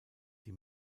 die